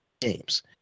games